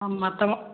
ହଁ ମାତାମ